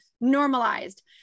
normalized